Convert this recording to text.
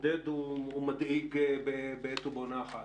מעודד ומדאיג בעת ובעונה אחת.